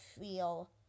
feel